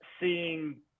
seeing –